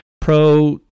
pro